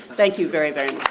thank you very, very